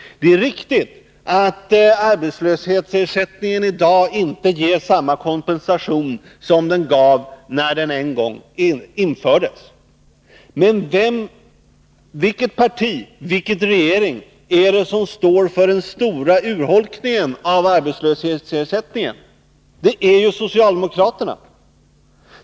Det är riktigt att arbetslöshetsersättningen i dag inte ger samma kompensation som den gav när den en gång infördes. Men vilket parti och vilken regering är det som står för den stora urholkningen av arbetslöshetsersättningen? Det är ju socialdemokraterna.